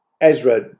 Ezra